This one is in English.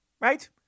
Right